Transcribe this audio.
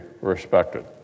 respected